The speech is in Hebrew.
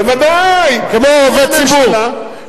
כמו עובד ציבור.